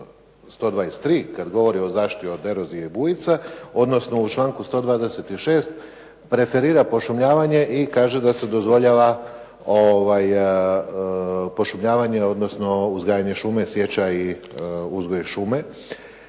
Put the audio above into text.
članku 123. kada govori o zaštiti od erozije i bujica, odnosno u članku 126. preferira pošumljavanje i kaže da se dozvoljava pošumljavanje, odnosno uzgajanje šume, sječa i uzgoju šume.